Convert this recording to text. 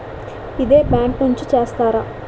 ఇదే బ్యాంక్ నుంచి చేస్తారా?